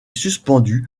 suspendue